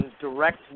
direct